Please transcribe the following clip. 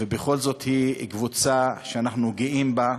ובכל זאת, היא קבוצה שאנחנו גאים בה,